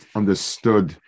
understood